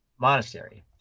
monastery